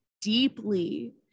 deeply